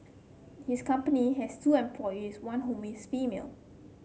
his company has two employees one whom is female